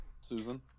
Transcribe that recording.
Susan